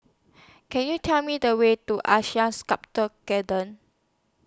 Can YOU Tell Me The Way to Asean Sculpture Garden